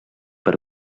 per